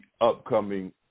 upcoming